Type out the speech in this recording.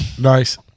nice